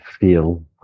feel